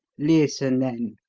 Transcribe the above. listen, then.